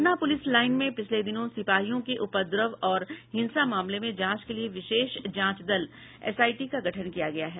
Patna police line में पिछले दिनों सिपाहियों के उपद्रव और हिंसा मामले में जांच के लिए विशेष जांच दल एसआईटी का गठन किया गया है